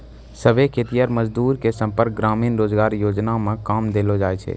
सभै खेतीहर मजदूर के संपूर्ण ग्रामीण रोजगार योजना मे काम देलो जाय छै